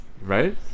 right